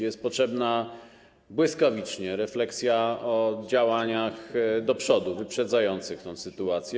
Jest potrzebna błyskawiczna refleksja o działaniach do przodu, wyprzedzających tę sytuację.